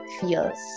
feels